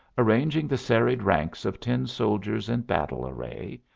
arranging the serried ranks of tin soldiers in battle array,